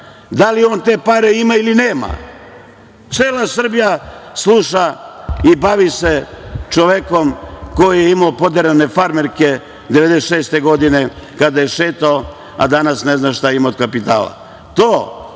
da li on te pare ima ili nema. Cela Srbija sluša i bavi se čovekom koji je imao poderane farmerke 1996. godine, kada je šetao, a danas ne zna šta ima od kapitala.